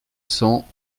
cents